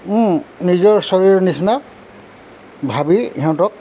নিজৰ শৰীৰ নিচিনা ভাবি ইহঁতক